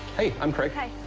hey, i'm craig. hi.